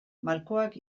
malkoak